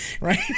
Right